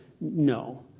no